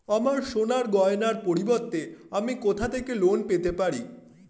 আমার সোনার গয়নার পরিবর্তে আমি কোথা থেকে লোন পেতে পারি?